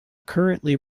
currently